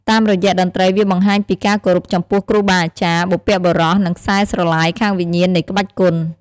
តាមរយៈតន្រី្តវាបង្ហាញពីការគោរពចំពោះគ្រូបាអាចារ្យ បុព្វបុរស និងខ្សែស្រឡាយខាងវិញ្ញាណនៃក្បាច់គុន។